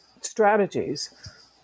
strategies